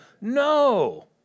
No